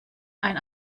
ein